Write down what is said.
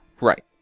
right